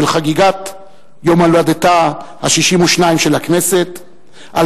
של חגיגת יום הולדתה ה-62 של הכנסת על